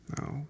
No